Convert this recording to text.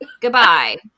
goodbye